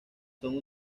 son